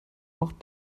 auch